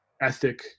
ethic